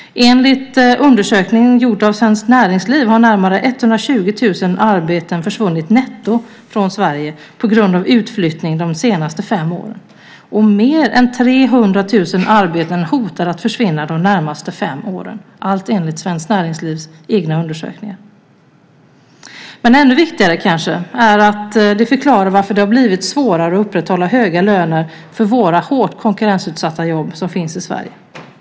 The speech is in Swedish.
Enligt undersökningar gjorda av Svenskt Näringsliv har närmare 120 000 arbeten netto försvunnit från Sverige på grund av utflyttning de senaste fem åren och mer än 300 000 arbeten hotar att försvinna de närmaste fem åren - allt enligt Svenskt Näringslivs egna undersökningar. Men ännu viktigare är kanske att det förklarar varför det har blivit svårare att upprätthålla höga löner för de hårt konkurrensutsatta jobb som finns i Sverige.